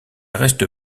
reste